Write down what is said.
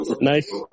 nice